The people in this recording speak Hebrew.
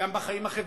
גם בחיים החברתיים,